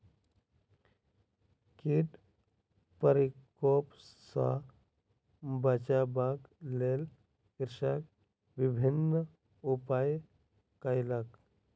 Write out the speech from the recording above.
कीट प्रकोप सॅ बचाबक लेल कृषक विभिन्न उपाय कयलक